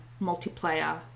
multiplayer